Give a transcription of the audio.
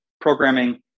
programming